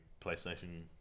PlayStation